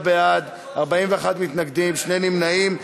בעד, 41 מתנגדים, שני נמנעים.